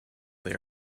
they